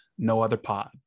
NOOTHERPOD